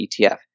ETF